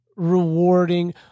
Rewarding